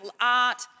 art